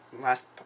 last